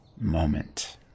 moment